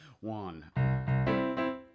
one